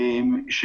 אנחנו